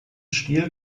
stil